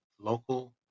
local